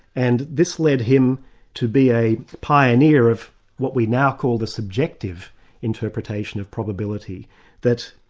and this led him to be a pioneer of what we now call the subjective interpretation of probability that